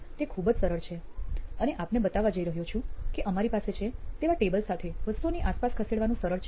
તે ખૂબ જ સરળ છે અને આપને બતાવવા જઈ રહ્યો છું કે અમારી પાસે છે તેવા ટેબલ સાથે વસ્તુઓની આસપાસ ખસેડવાનું સરળ છે